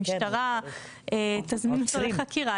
המשטרה תזמן אותו לחקירה,